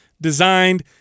designed